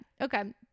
okay